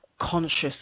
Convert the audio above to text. conscious